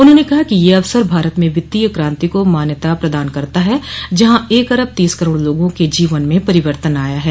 उन्होंने कहा कि ये अवसर भारत में वित्तीय क्रांति को मान्यता प्रदान करता है जहां एक अरब तीस करोड़ लोगों के जीवन में परिवर्तन आया है